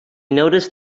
noticed